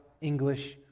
English